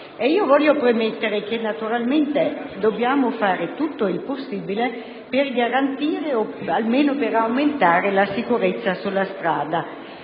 strada. Premetto che naturalmente dobbiamo fare tutto il possibile per garantire o almeno aumentare la sicurezza sulle strade.